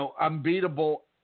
unbeatable